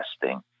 testing